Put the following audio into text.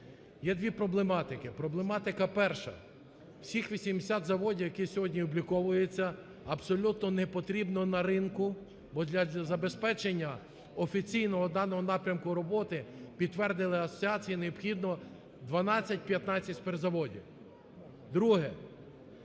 Є дві проблематика. Проблематика перша. Всіх 80 заводів, які сьогодні обліковуються, абсолютно не потрібно на ринку, бо для забезпечення офіційного даного напрямку роботи, підтвердили асоціації, необхідно 12-15 спиртзаводів. Друге